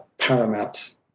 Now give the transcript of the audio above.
paramount